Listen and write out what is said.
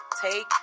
Take